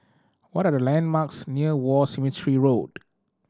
what are the landmarks near War Cemetery Road